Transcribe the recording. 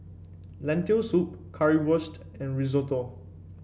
Lentil Soup Currywurst and Risotto